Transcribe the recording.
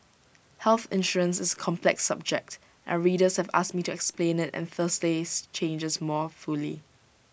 health insurance is A complex subject and readers have asked me to explain IT and Thursday's changes more fully